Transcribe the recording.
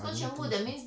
I don't think so